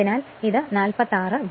അതിനാൽ ഇത് 46 30 ആണ്